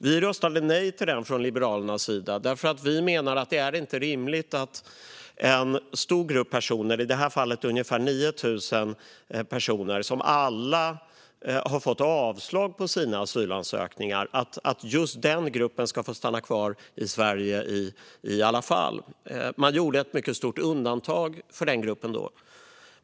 Vi röstade nej till den från Liberalernas sida därför att vi menar att det inte är rimligt att en stor grupp personer, i det här fallet ungefär 9 000, som alla har fått avslag på sina asylansökningar ska få stanna kvar i Sverige i alla fall. Man gjorde ett mycket stort undantag för den gruppen.